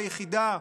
ליחידה,